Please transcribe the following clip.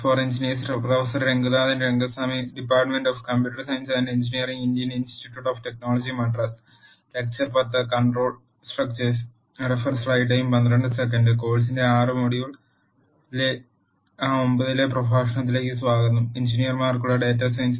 കോഴ്സിന്റെ ആർ മൊഡ്യൂളിലെ 9 ലെ പ്രഭാഷണത്തിലേക്ക് സ്വാഗതം എഞ്ചിനീയർമാർക്കുള്ള ഡാറ്റാ സയൻസ്